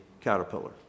caterpillar